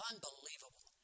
Unbelievable